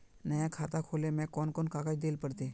नया खाता खोले में कौन कौन कागज देल पड़ते?